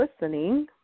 listening